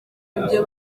ibyo